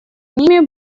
ними